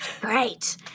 great